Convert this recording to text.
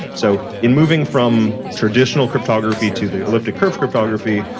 so in moving from traditional cryptography to the elliptic curve cryptography,